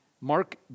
Mark